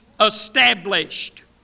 established